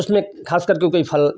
उसमें खास करके कोई फल